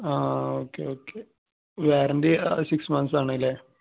ആ okay okay warranty six months ആണല്ലേ